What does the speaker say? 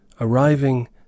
Arriving